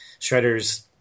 shredders